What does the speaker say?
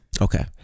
Okay